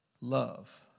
love